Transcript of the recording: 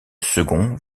second